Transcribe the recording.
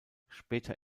später